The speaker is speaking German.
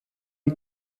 die